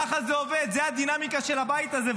ככה זה עובד, זאת הדינמיקה של הבית הזה.